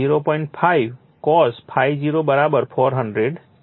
5 cos ∅0 400 છે